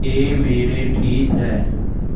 ਇਹ ਮੇਰੇ ਠੀਕ ਹੈ